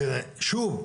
שוב,